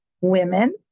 women